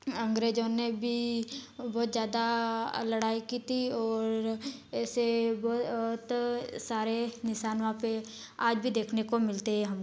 अंग्रेजों ने भी बहुत ज्यादा लड़ाई की थी और ऐसे सारे निशान वहाँ पर आज भी देखने को मिलते हैं हमको